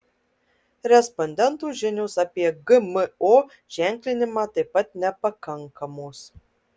respondentų žinios apie gmo ženklinimą taip pat nepakankamos